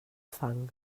fang